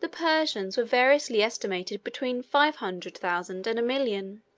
the persians were variously estimated between five hundred thousand and a million.